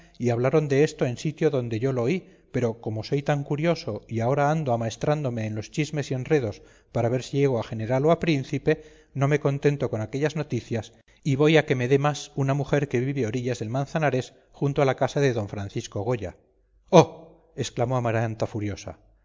y hablaron de esto en sitio donde yo lo oí pero como soy tan curioso y ahora ando amaestrándome en los chismes y enredos para ver si llego a general o a príncipe no me contento con aquellas noticias y voy a que me dé más una mujer que vive orillas del manzanares junto a la casa de d francisco goya oh exclamó amaranta furiosa